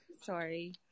Sorry